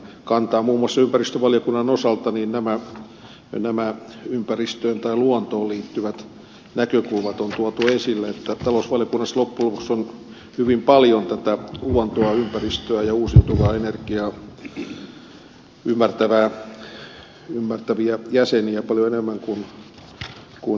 muun muassa ympäristövaliokunnan osalta nämä ympäristöön tai luontoon liittyvät näkökulmat on tuotu esille talousvaliokunnassa loppujen lopuksi on hyvin paljon tätä luontoa ympäristöä ja uusiutuvaa energiaa ymmärtäviä jäseniä paljon enemmän kuin esimerkiksi ed